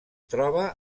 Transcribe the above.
troba